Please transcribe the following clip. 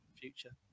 future